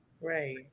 right